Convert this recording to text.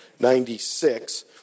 96